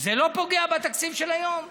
זה לא פוגע בתקציב של היום?